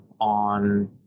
on